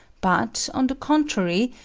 but, on the contrary,